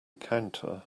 counter